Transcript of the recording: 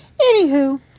Anywho